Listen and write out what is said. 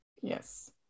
Yes